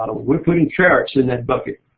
ah we're putting carrots in that bucket.